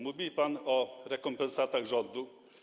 Mówi pan o rekompensatach rządu.